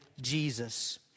Jesus